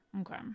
Okay